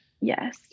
Yes